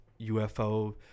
UFO